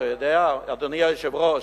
אתה יודע, אדוני היושב-ראש.